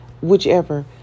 whichever